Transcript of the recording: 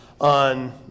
on